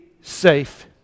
safe